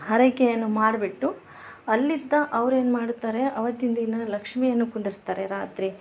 ಹರಕೆಯನ್ನು ಮಾಡ್ಬಿಟ್ಟು ಅಲ್ಲಿದ್ದ ಅವ್ರ ಏನು ಮಾಡ್ತಾರೆ ಅವತ್ತಿನ ದಿನ ಲಕ್ಷ್ಮಿಯನ್ನು ಕುಂದರ್ಸ್ತಾರೆ ರಾತ್ರಿ